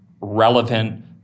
relevant